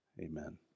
Amen